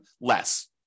less